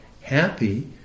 happy